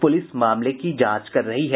police मामले की जांच कर रही है